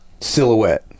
silhouette